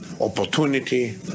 opportunity